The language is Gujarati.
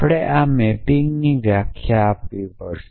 આપણે આ મેપિંગની વ્યાખ્યા આપવી પડશે